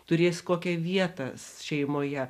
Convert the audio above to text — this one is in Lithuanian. turės kokią vietą šeimoje